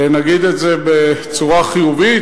נגיד את זה בצורה חיובית,